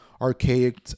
archaic